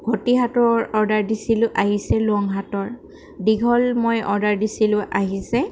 ঘটি হাতৰ অৰ্ডাৰ দিছিলোঁ আহিছে লং হাতৰ দীঘল মই অৰ্ডাৰ দিছিলোঁ আহিছে